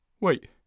Wait